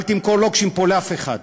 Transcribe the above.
אל תמכור לוקשים פה לאף אחד.